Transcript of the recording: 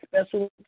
special